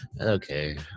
okay